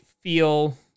feel